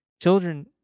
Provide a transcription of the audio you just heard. Children